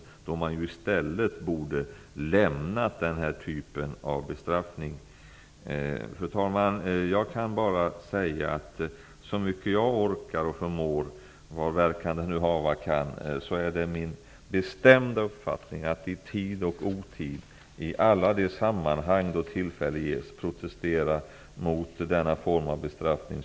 Man borde i stället överge den typen av bestraffning. Fru talman! Jag kan bara säga att så mycket jag orkar och förmår -- vilken verkan det nu hava kan -- skall jag i tid och otid i alla de sammanhang då tillfälle ges protestera mot denna form av bestraffning.